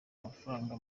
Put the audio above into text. amafaranga